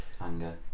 anger